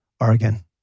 Oregon